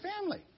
family